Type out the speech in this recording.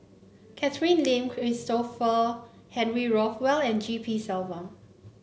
Catherine Lim Christopher Henry Rothwell and G P Selvam